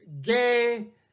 gay